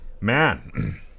Man